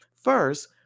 first